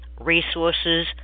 Resources